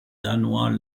danois